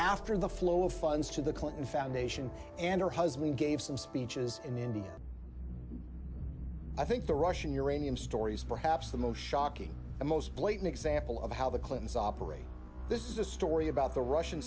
after the flow of funds to the clinton foundation and her husband gave some speeches in india i think the russian uranium stories perhaps the most shocking and most blatant example of how the clintons operate this is a story about the russian